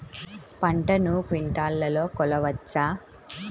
పంటను క్వింటాల్లలో కొలవచ్చా?